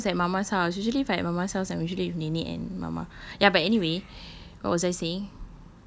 ya because I was at mama's house usually if I'm at mama's house I'm usually with nenek and mama ya but anyway what was I saying